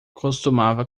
costumava